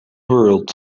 world